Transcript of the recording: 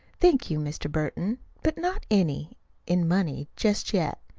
thank you, mr. burton but not any in money, just yet.